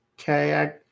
okay